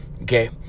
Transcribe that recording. okay